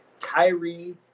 Kyrie